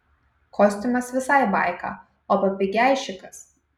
kostiumas visai baika o papigeišikas